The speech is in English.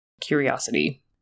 curiosity